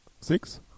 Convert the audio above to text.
Six